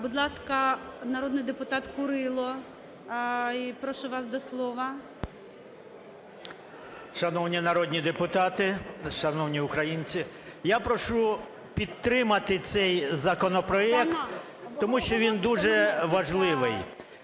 Будь ласка, народний депутат Курило, прошу вас до слова. 11:27:12 КУРИЛО В.С. Шановні народні депутати! Шановні українці! Я прошу підтримати цей законопроект, тому що він дуже важливий.